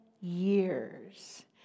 years